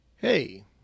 Hey